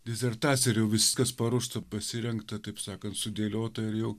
disertaciją ar jau viskas paruošta pasirengta taip sakant sudėliota ir jau